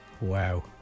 Wow